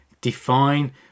define